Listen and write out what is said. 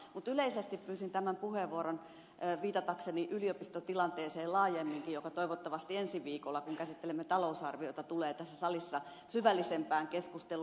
mutta yleisesti pyysin tämän puheenvuoron viitatakseni laajemminkin yliopistotilanteeseen joka toivottavasti ensi viikolla kun käsittelemme talousarviota tulee tässä salissa syvällisempään keskusteluun